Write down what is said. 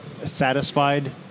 satisfied